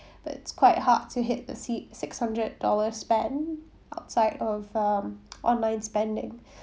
but it's quite hard to hit the se~ six hundred dollar spend outside of um online spending